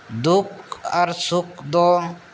ᱫᱩᱠ ᱟᱨ ᱥᱩᱠ ᱫᱚ